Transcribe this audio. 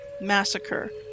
massacre